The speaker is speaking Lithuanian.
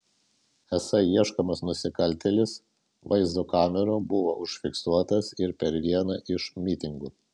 esą ieškomas nusikaltėlis vaizdo kamerų buvo užfiksuotas ir per vieną iš mitingų